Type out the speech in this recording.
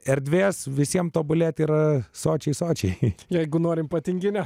erdvės visiems tobulėti yra sočiai sočiai jeigu norime patinginiauti